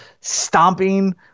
stomping